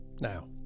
Now